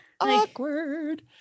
awkward